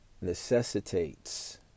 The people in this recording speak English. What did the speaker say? necessitates